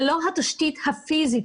ללא התשתית הפיזית,